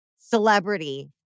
celebrity